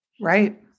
Right